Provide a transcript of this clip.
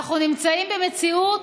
אנחנו נמצאים במציאות